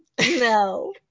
no